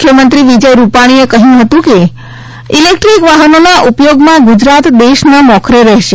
મુખ્યમંત્રી વિજય રૂપાણીએ કહ્યું હતું કે ઇલેક્ટ્રીક વાહનોના ઉપયોગમાં ગુજરાત દેશમાં મોખરે રહેશે